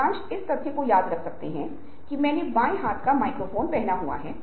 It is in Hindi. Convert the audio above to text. तो इसलिए तदनुसार विस्तार स्कोर दिया गया है